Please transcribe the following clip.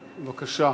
בבקשה.